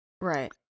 Right